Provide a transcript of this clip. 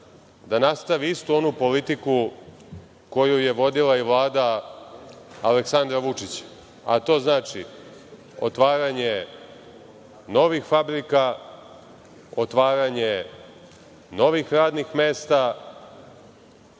da nastavi istu onu politiku koju je vodila i Vlada Aleksandra Vučića, a to znači otvaranje novih fabrika, otvaranje novih radnih mesta,